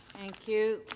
thank you